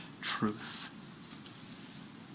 truth